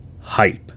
Hype